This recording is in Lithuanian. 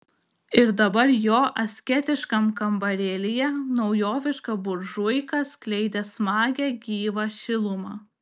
ir dabar jo asketiškam kambarėlyje naujoviška buržuika skleidė smagią gyvą šilumą